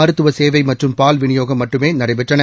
மருத்துவ சேவை மற்றும் பால் விநியோகம் மட்டுமே நடைபெற்றன